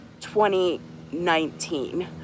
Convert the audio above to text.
2019